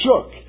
shook